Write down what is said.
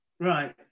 Right